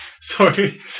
Sorry